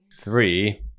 three